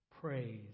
Praise